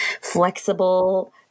flexible